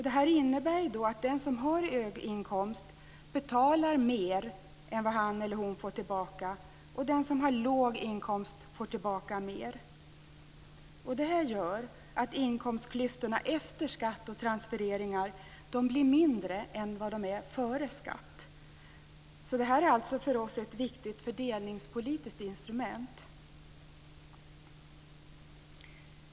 Det innebär att den som har hög inkomst betalar mer än vad han eller hon får tillbaka, och den som har låg inkomst får tillbaka mer. Detta gör att inkomstklyftorna efter skatt och transfereringar blir mindre än vad de är före skatt. Detta är alltså för oss ett viktigt fördelningspolitiskt instrument.